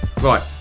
right